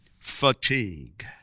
Fatigue